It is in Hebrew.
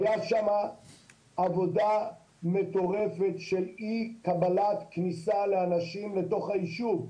הייתה שם עבודה מטורפת של אי קבלת כניסת אנשים לתוך היישוב,